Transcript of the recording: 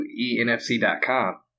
ENFC.com